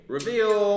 Reveal